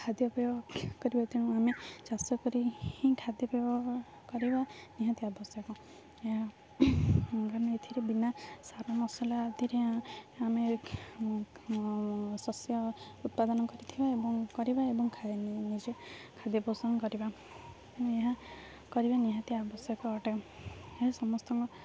ଖାଦ୍ୟପେୟ କରିବା ତେଣୁ ଆମେ ଚାଷ କରି ହିଁ ଖାଦ୍ୟପେୟ କରିବା ନିହାତି ଆବଶ୍ୟକ ଏହା ଏଥିରେ ବିନା ସାର ମସଲା ଆଥିରେ ଆମେ ଶସ୍ୟ ଉତ୍ପାଦନ କରିଥିବା ଏବଂ କରିବା ଏବଂ ନିଜେ ଖାଦ୍ୟପୋଷଣ କରିବା ଏହା କରିବା ନିହାତି ଆବଶ୍ୟକ ଅଟେ ଏହା ସମସ୍ତଙ୍କ